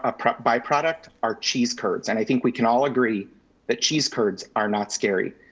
ah byproduct byproduct are cheese curds, and i think we can all agree that cheese curds are not scary.